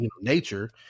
nature